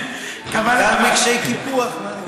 גם רגשות קיפוח?